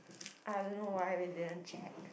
I don't know why we didn't check